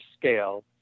scale